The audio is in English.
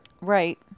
Right